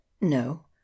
No